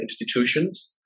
institutions